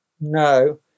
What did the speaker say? No